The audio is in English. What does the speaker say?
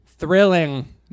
Thrilling